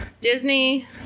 Disney